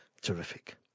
Terrific